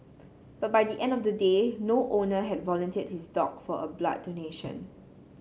but by the end of the day no owner had volunteered his dog for a blood donation